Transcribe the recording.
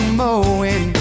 mowing